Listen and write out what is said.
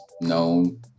known